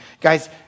guys